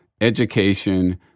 education